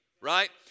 right